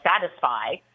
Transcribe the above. satisfy